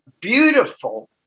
beautiful